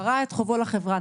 פרע את חובו לחברה,